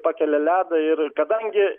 pakelia ledą ir kadangi